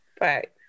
right